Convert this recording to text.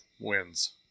Wins